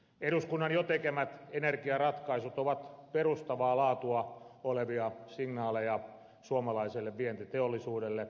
eduskunnan jo tekemät energiaratkaisut ovat perustavaa laatua olevia signaaleja suomalaiselle vientiteollisuudelle